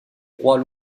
rois